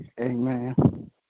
Amen